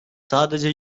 sadece